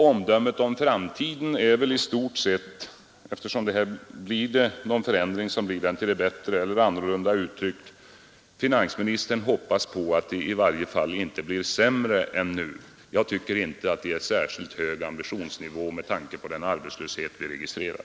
Omdömet om framtiden är väl i stort sett att blir det någon förändring, blir den till det bättre — eller annorlunda uttryckt: finansministern hoppas att det i varje fall inte blir sämre än nu. Jag tycker inte att det är en särskilt hög ambitionsnivå med tanke på den arbetslöshet som är registrerad.